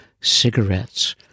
cigarettes